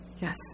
Yes